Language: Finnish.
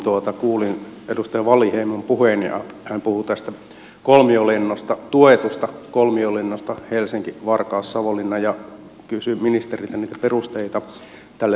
työhuoneessa kuulin edustaja wallinheimon puheen ja hän puhui tästä tuetusta kolmiolennosta helsinkivarkaussavonlinna ja kysyi ministeriltä niitä perusteita tälle lennolle